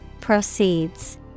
Proceeds